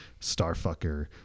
Starfucker